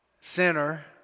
sinner